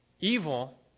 Evil